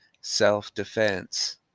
self-defense